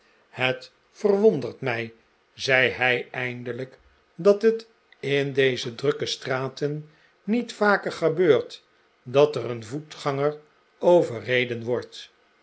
het verwondert mij zei hij eindelijk dat het in deze drukke straten niet vaker gebeurt dat er een voetganger overreden wordt